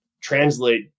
translate